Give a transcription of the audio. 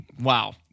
Wow